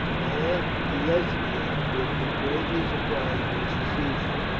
my aunt lesbia will be greatly surprised when she sees you,